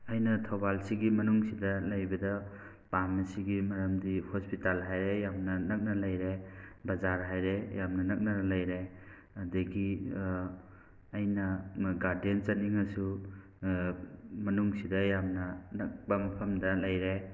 ꯑꯩꯅ ꯊꯧꯕꯥꯜꯁꯤꯒꯤ ꯃꯅꯨꯡꯁꯤꯗ ꯂꯩꯕꯗ ꯄꯥꯝꯃꯤꯁꯤꯒꯤ ꯃꯔꯝꯗꯤ ꯍꯣꯁꯄꯤꯇꯥꯜ ꯍꯥꯏꯔꯦ ꯌꯥꯝꯅ ꯅꯛꯅ ꯂꯩꯔꯦ ꯕꯖꯥꯔ ꯍꯥꯏꯔꯦ ꯌꯥꯝꯅ ꯅꯛꯅ ꯂꯩꯔꯦ ꯑꯗꯒꯤ ꯑꯩꯅ ꯒꯥꯔꯗꯦꯟ ꯆꯠꯅꯤꯡꯉꯁꯨ ꯃꯅꯨꯡꯁꯤꯗ ꯌꯥꯝꯅ ꯅꯛꯄ ꯃꯐꯝꯗ ꯂꯩꯔꯦ